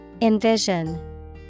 Envision